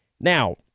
Now